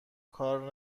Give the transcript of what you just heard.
کار